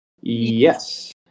Yes